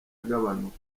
agabanuka